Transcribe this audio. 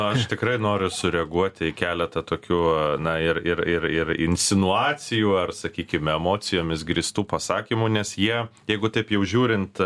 aš tikrai noriu sureaguoti į keletą tokių na ir ir ir ir insinuacijų ar sakykime emocijomis grįstų pasakymų nes jie jeigu taip jau žiūrint